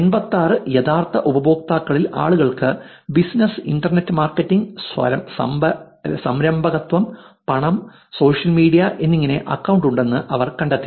86 യഥാർത്ഥ ഉപയോക്താക്കളിൽ ആളുകൾക്ക് ബിസിനസ്സ് ഇന്റർനെറ്റ് മാർക്കറ്റിംഗ് സംരംഭകത്വം പണം സോഷ്യൽ മീഡിയ എന്നിങ്ങനെ അക്കൌണ്ട് ഉണ്ടെന്ന് അവർ കണ്ടെത്തി